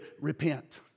repent